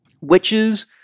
witches